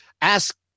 ask